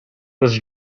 was